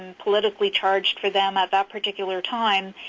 and politically charged for them at that particular time,